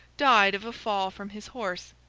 died of a fall from his horse.